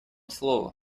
слово